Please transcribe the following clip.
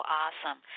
awesome